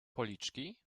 policzki